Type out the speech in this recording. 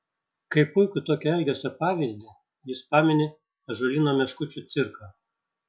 kaip puikų tokio elgesio pavyzdį jis pamini ąžuolyno meškučių cirką